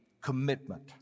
commitment